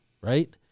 right